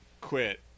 quit